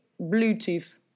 Bluetooth